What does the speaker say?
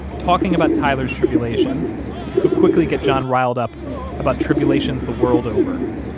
talking about tyler's tribulations could quickly get john riled up about tribulations the world over,